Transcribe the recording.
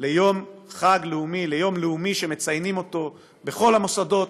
ליום חג לאומי, יום לאומי שמציינים בכל המוסדות,